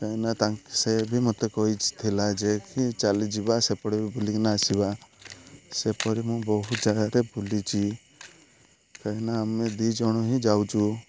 କାହିଁକିନା ତା ସେ ବି ମୋତେ କହିଥିଲା ଯେ କି ଚାଲେ ଯିବା ସେପଟେ ବି ବୁଲିକିନା ଆସିବା ସେପରି ମୁଁ ବହୁ ଜାଗାରେ ବୁଲିଛି କାହିଁକିନା ଆମେ ଦୁଇ ଜଣ ହିଁ ଯାଉଛୁ